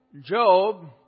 Job